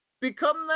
become